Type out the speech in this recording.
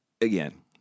Again